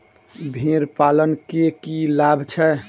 भेड़ पालन केँ की लाभ छै?